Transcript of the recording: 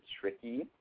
tricky